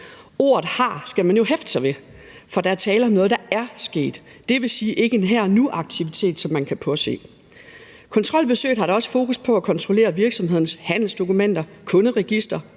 Ordet har skal man jo hæfte sig ved, for der er tale om noget, der er sket – dvs. ikke en her-og-nu-aktivitet, som man kan påse. Kontrolbesøg har også fokus på at kontrollere virksomhedens handelsdokumenter, kunderegister,